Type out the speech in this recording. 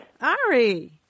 Ari